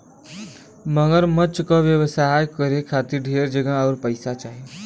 मगरमच्छ क व्यवसाय करे खातिर ढेर जगह आउर पइसा चाही